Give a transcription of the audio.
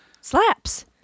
Slaps